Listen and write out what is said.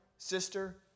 Sister